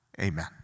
Amen